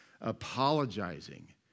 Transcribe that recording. apologizing